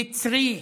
יצרי.